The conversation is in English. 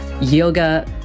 yoga